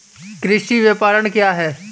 कृषि विपणन क्या है?